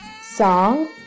song